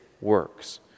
works